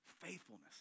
faithfulness